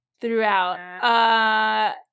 throughout